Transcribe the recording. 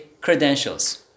credentials